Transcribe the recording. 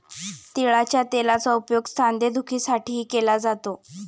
तिळाच्या तेलाचा उपयोग सांधेदुखीसाठीही केला जातो